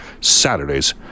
Saturdays